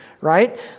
right